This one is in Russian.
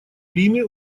лиме